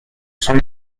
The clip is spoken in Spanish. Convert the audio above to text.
son